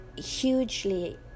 hugely